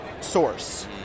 source